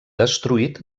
destruït